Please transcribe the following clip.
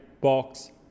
box